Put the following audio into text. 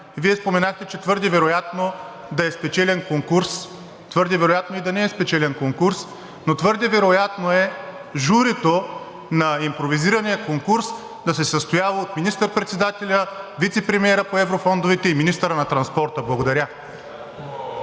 Вие споменахте, че е твърде вероятно да е спечелен конкурс, твърде вероятно и да не е спечелен конкурс, но твърде вероятно е журито на импровизирания конкурс да се е състояло от министър-председателя, вицепремиера по еврофондовете и министъра на транспорта. Благодаря.